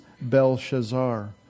Belshazzar